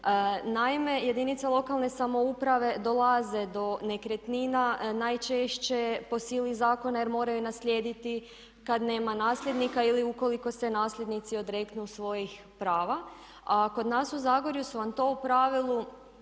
Naime, jedinice lokalne samouprave dolaze do nekretnina najčešće po sili zakona jer moraju naslijediti kad nema nasljednika ili ukoliko se nasljednici odreknu svojih prava. Kod nas u Zagorju su nam to u pravilu